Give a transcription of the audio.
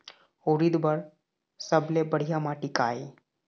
उरीद बर सबले बढ़िया माटी का ये?